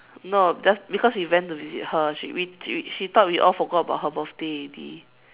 no just because we went visit her she we she thought we all forgot about her birthday already